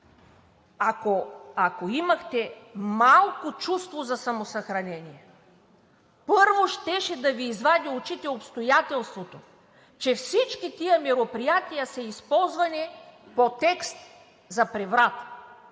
Ако имахте малко чувство за самосъхранение, първо щеше да Ви извади очите обстоятелството, че всички тези мероприятия са използвани по текст за преврат.